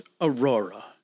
Aurora